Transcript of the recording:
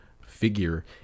figure